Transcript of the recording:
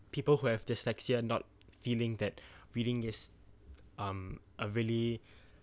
people who have dyslexia not feeling that reading is um a really